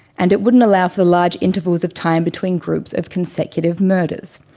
and it wouldn't allow for the large intervals of time between groups of consecutive murders.